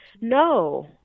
No